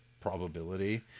probability